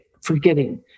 forgetting